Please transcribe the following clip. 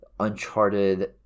Uncharted